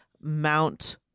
Mount